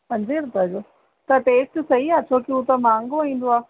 पंद्रहे रुपए जो त टेस्ट सही आहे छो त हूं त महांगो ईंदो आहे